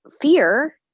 fear